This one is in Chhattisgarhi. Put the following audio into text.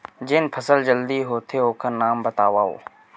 जेन फसल जल्दी होथे ओखर नाम बतावव?